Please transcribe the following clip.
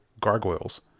Gargoyles